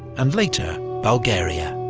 and later, bulgaria.